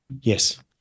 Yes